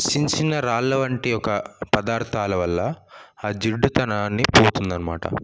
చిన్న చిన్న రాళ్ళ వంటి ఒక పదార్థాల వల్ల ఆ జిడ్డుతనాన్నీ పోతుంది అన్నమాట